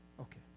Okay